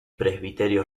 presbiterio